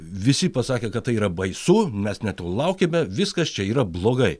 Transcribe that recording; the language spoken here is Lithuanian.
visi pasakė kad tai yra baisu mes ne to laukėme viskas čia yra blogai